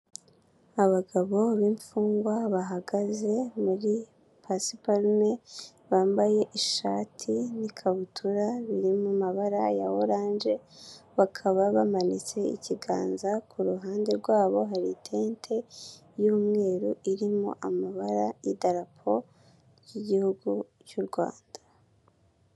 Abagabo b'imfungwa bahagaze muri pasiparume, bambaye ishati n'ikabutura biri mu mabara ya oranje bakaba bamanitse ikiganza, ku ruhande rwabo hari itente y'umweru irimo amabara y'idarapo ry'Igihugu cy'u Rwanda.